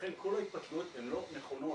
לכן כל ההתפתחויות הן לא נכונות.